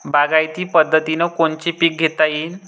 बागायती पद्धतीनं कोनचे पीक घेता येईन?